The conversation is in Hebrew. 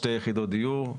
שתי יחידות דיור.